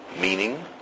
meaning